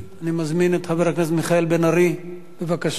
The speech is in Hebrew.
אני מזמין את חבר הכנסת מיכאל בן-ארי, בבקשה.